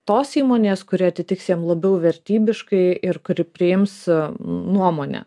tos įmonės kuri atitiks jiem labiau vertybiškai ir kuri priims nuomonę